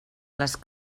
les